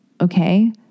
Okay